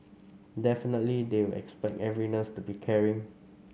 definitely they will expect every nurse to be caring